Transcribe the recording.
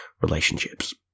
relationships